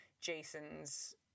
Jason's